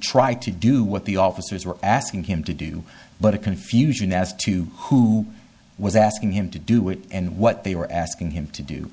try to do what the officers were asking him to do but of confusion as to who was asking him to do it and what they were asking him to do